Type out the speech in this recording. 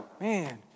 man